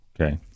Okay